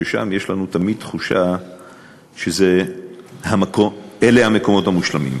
שלגביהם יש לנו תמיד תחושה שאלה המקומות המושלמים.